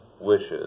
wishes